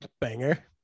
Banger